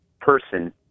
person